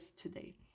today